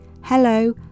hello